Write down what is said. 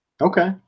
Okay